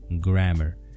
grammar